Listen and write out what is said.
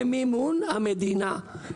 במימון המדינה,